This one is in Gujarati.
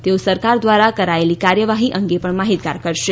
તેઓ સરકાર દ્વારા કરાયેલી કારવાહી અંગે પણ માહિતગાર કરશે